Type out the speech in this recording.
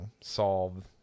solve